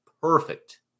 perfect